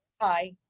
hi